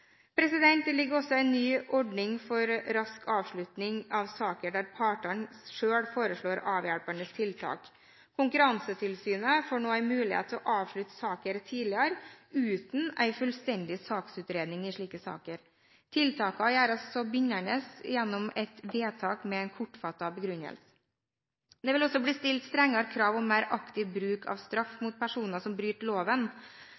Det foreligger også en ny ordning for rask avslutning av saker der partene selv foreslår avhjelpende tiltak. Konkurransetilsynet får nå en mulighet til å avslutte saker tidligere uten en fullstendig saksutredning i slike saker. Tiltakene gjøres bindende gjennom et vedtak med en kortfattet begrunnelse. Det vil også bli stilt strengere krav om mer aktiv bruk av straff mot personer som bryter loven.